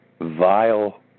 vile